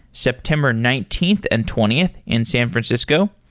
september nineteenth and twentieth in san francisco.